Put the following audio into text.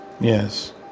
yes